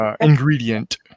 ingredient